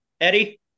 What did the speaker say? Eddie